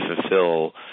fulfill